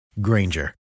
Granger